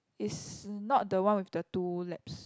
is not the one with the two labs